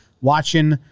watching